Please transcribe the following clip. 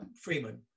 freeman